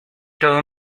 todo